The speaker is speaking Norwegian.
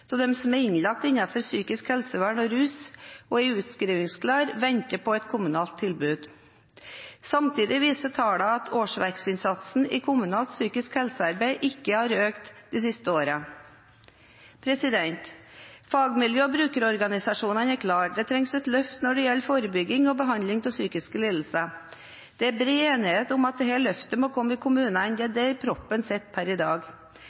av dem som er innlagt innenfor psykisk helsevern og rus, og som er utskrivningsklare, venter på et kommunalt tilbud. Samtidig viser tallene at årsverksinnsatsen i kommunalt psykisk helsearbeid ikke har økt de siste årene. Fagmiljøet og brukerorganisasjonene er klare: Det trengs et løft når det gjelder forebygging og behandling av psykiske lidelser. Det er bred enighet om at dette løftet må komme i kommunene. Det er der proppen sitter per i dag.